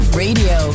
radio